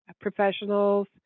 professionals